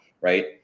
right